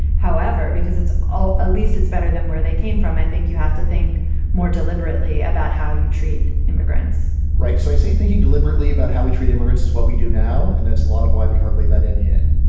however, because it's all at ah least it's better than where they came from, i think you have to think more deliberately about how you treat immigrants right. so i say thinking deliberately about how we treat immigrants is what we do now. and it's a lot of why we hardly that any in.